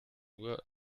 nur